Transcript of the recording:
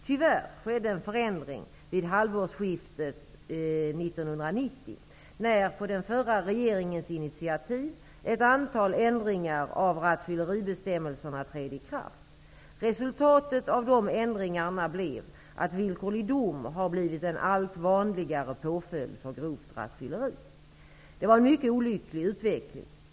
Tyvärr skedde en förändring vid halvårsskiftet år 1990 när på den förra regeringens initiativ ett antal ändringar av rattfylleribestämmelserna trädde i kraft. Resultatet av de ändringarna blev att villkorlig dom har blivit en allt vanligare påföljd för grovt rattfylleri. Det var en mycket olycklig utveckling.